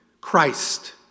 Christ